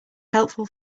helpful